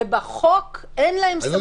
בחוק אין להם סמכות.